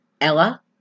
Ella